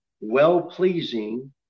well-pleasing